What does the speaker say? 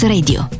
Radio